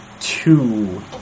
two